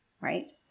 right